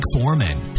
Foreman